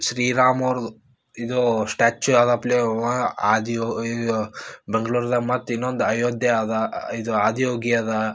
ಶ್ರೀರಾಮ ಅವ್ರದ್ದು ಇದು ಸ್ಟ್ಯಾಚ್ಯು ಆದ ಪ್ಲೇ ಅವ ಆದಿಯೋ ಇದು ಬೆಂಗ್ಳೂರ್ದಾಗ ಮತ್ತು ಇನ್ನೊಂದು ಅಯೋಧ್ಯೆ ಅದ ಇದು ಆದಿಯೋಗಿ ಅದ